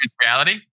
reality